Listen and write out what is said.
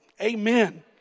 Amen